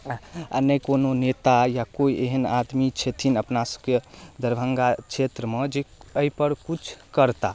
आओर नहि कोनो नेता या कोइ एहन आदमी छथिन अपनासभके दरभङ्गा क्षेत्रमे जे एहिपर किछु करताह